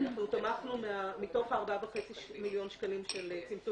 אנחנו תמכנו מתוך הארבעה וחצי מיליון שקלים של צמצום